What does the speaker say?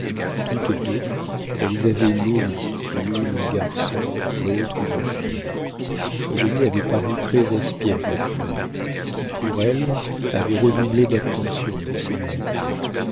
toutes deux elles avaient nourri l'une un garçon l'autre une fille eugénie avait paru très espiègle à sa mère qui pour elle avait redoublé d'attention et de sévérité